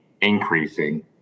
increasing